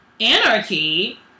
anarchy